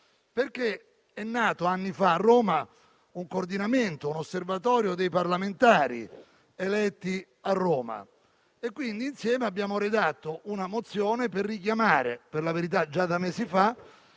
fa, a Roma, è nato un coordinamento, un osservatorio dei parlamentari eletti a Roma e, quindi, insieme abbiamo redatto una mozione per richiamare, per la verità già da mesi,